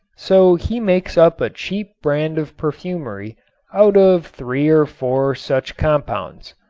so he makes up a cheap brand of perfumery out of three or four such compounds.